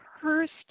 first